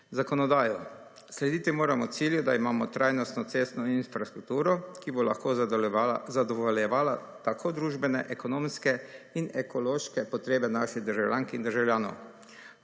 zakonodajo. Slediti moramo cilju, da imamo trajnostno cestno infrastrukturo, ki bo lahko zadovoljevala tako družbene, ekonomske in ekološke potrebe naših državljank in državljanov.